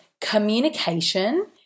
communication